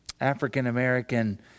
African-American